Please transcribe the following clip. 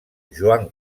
joan